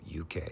UK